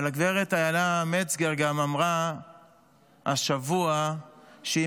אבל הגב' איילה מצגר גם אמרה השבוע שהיא